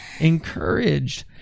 Encouraged